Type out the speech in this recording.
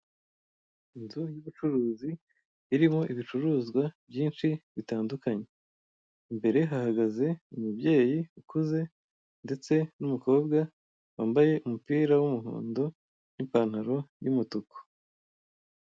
Inzu yubucuruzi irimo ibicuruzwa byinshi bitandukanye imbere hahagaze umubyeyi ukuze ndetse n'umukobwa wambaye umupira w'umuhondo n'ipantalo y'umutuku.